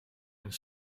een